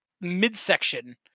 midsection